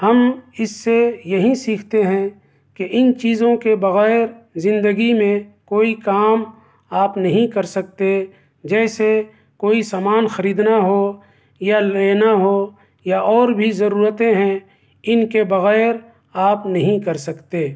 ہم اس سے یہی سیکھتے ہیں کہ ان چیزوں کے بغیر زندگی میں کوئی کام آپ نہیں کر سکتے جیسے کوئی سامان خریدنا ہو یا لینا ہو یا اور بھی ضرورتیں ہیں ان کے بغیر آپ نہیں کر سکتے